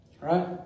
Right